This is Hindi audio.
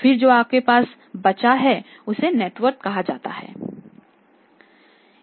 फिर जो आपके पास बचा है उसे नेट वर्थ कहा जाता है